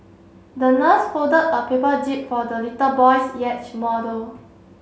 the nurse folded a paper jib for the little boy's model